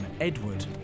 Edward